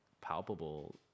palpable